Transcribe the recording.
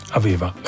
aveva